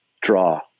draw